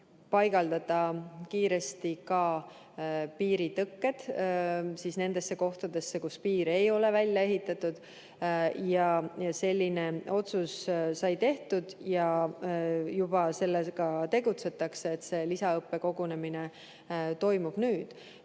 paigaldada kiiresti piiritõkked nendesse kohtadesse, kus piir ei ole välja ehitatud. Selline otsus sai tehtud ja juba ka tegutsetakse. See lisaõppekogunemine toimub